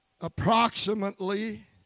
approximately